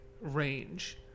range